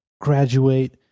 graduate